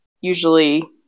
usually